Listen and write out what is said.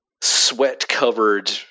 sweat-covered